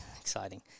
exciting